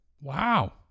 Wow